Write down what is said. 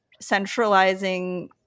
centralizing